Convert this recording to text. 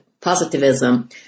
positivism